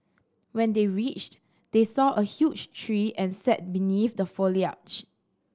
when they reached they saw a huge tree and sat beneath the foliage